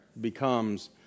becomes